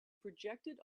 projected